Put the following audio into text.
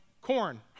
corn